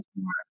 more